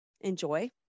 enjoy